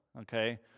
okay